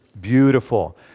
Beautiful